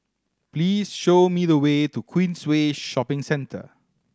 please show me the way to Queensway Shopping Centre